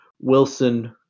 Wilson